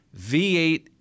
V8